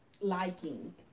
liking